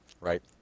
right